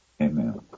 Amen